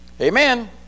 Amen